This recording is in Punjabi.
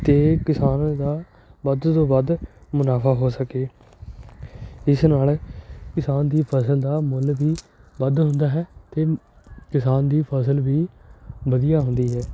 ਅਤੇ ਕਿਸਾਨ ਦਾ ਵੱਧ ਤੋਂ ਵੱਧ ਮੁਨਾਫ਼ਾ ਹੋ ਸਕੇ ਇਸ ਨਾਲ ਕਿਸਾਨ ਦੀ ਫ਼ਸਲ ਦਾ ਮੁੱਲ ਵੀ ਵੱਧ ਹੁੰਦਾ ਹੈ ਅਤੇ ਕਿਸਾਨ ਦੀ ਫ਼ਸਲ ਵੀ ਵਧੀਆ ਹੁੰਦੀ ਹੈ